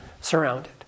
surrounded